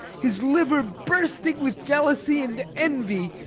his liver bursting with jealousy and envy,